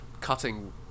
cutting